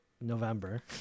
november